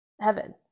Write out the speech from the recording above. heaven